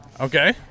Okay